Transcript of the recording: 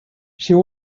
she